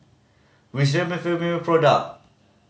which Remifemin product